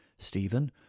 Stephen